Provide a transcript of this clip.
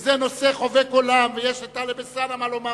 זה נושא חובק עולם, ולטלב אלסאנע יש מה לומר.